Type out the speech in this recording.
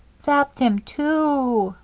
sapped him, too,